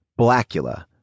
Blackula